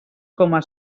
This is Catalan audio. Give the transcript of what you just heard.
coma